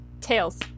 Tails